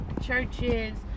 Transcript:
Churches